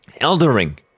Eldering